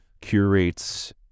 curates